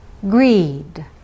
greed